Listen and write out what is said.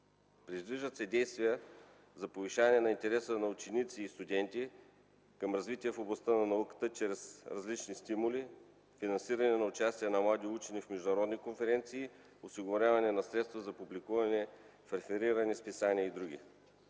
Предвиждат се действия за повишаване на интереса на ученици и студенти към развитие в областта на науката чрез различни стимули – финансиране на участие на млади учени в международни конференции, осигуряване на средства за публикуване в реферирани списания и други.